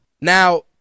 now